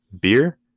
beer